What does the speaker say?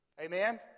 Amen